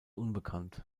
unbekannt